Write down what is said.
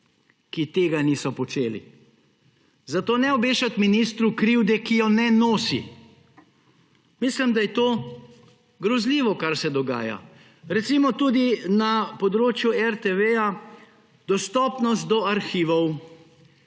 ki tega niso počeli. Zato ne obešati ministru krivde, ki jo ne nosi. Mislim, da je to grozljivo, kar se dogaja. Recimo, tudi na področju RTV dostopnost so arhivov.